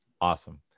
Awesome